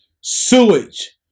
sewage